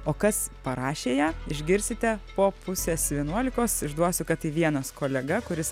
o kas parašė ją išgirsite po pusės vienuolikos išduosiu kad tai vienas kolega kuris